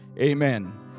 Amen